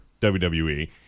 WWE